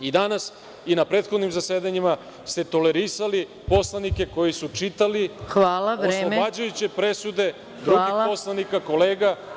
I danas i na prethodnim zasedanjima ste tolerisali poslanike koji su čitali oslobađajuće presude drugih poslanika kolega.